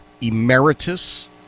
Emeritus